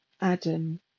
Adam